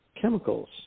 chemicals